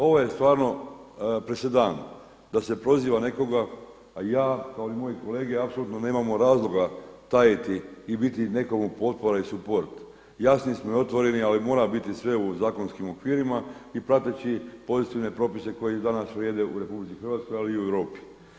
Ovo je stvarno presedan da se proziva nekoga, a ja kao i moji kolege apsolutno nemamo razloga tajiti i biti nekome potpora i suport, jasni smo i otvoreni ali mora biti sve u zakonskim okvirima i prateći pozitivne propise koji danas vrijede u RH, ali i u Europi.